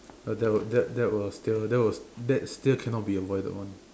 uh that was that that was still that was that's still cannot be avoided [one]